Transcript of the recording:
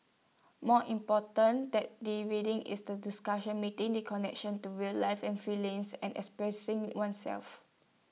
more important than the reading is the discussion making the connections to real life and feelings and expressing oneself